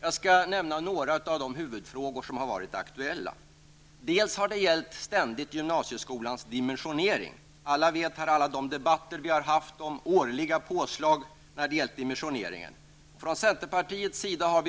Jag skall nämna några av de huvudfrågor som har varit aktuella. För det första har det ständigt talats om gymnasieskolans dimensionering. Alla vet vad det handlar om efter alla debatter som har varit om årliga påslag när det gäller dimensioneringen. Men vi i centerpartiet har